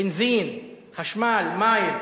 בנזין, חשמל, מים.